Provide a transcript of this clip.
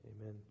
Amen